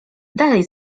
dalej